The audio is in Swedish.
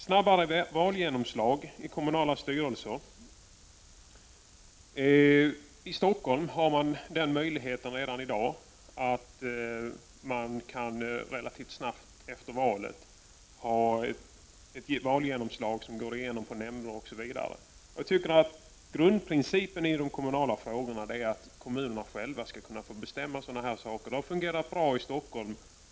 Snabbare valgenomslag i kommunala styrelser tas upp i reservation nr 6. I Stockholm har man redan i dag möjligheten att relativt snart efter ett val få ett genomslag i nämnder osv. Jag anser att grundprincipen i de kommunala frågorna är att kommunen själv skall kunna få bestämma i sådana frågor. Det har fungerat bra i Stockholm.